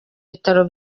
bitaro